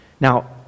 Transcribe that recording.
Now